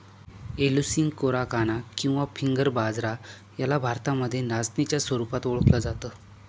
Eleusine coracana किंवा finger बाजरा याला भारतामध्ये नाचणीच्या स्वरूपात ओळखल जात